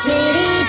City